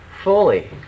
fully